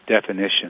definition